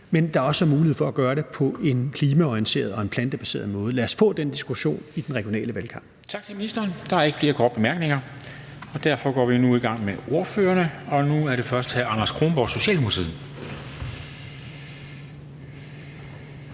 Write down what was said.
så der også er mulighed for at gøre det på en klimaorienteret og plantebaseret måde. Lad os få den diskussion i den regionale valgkamp. Kl. 10:21 Formanden (Henrik Dam Kristensen): Tak til ministeren. Der er ikke flere korte bemærkninger, og derfor går vi nu i gang med ordførerne. Først er det hr. Anders Kronborg, Socialdemokratiet.